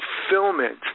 fulfillment